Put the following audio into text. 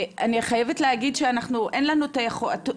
חייבת להגיד שאנחנו, אין לנו את היכולת.